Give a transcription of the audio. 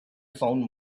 found